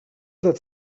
that